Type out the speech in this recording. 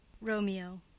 Romeo